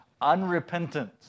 unrepentant